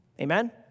Amen